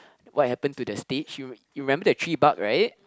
what happened to the stage you you remember the tree bark right